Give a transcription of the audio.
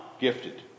gifted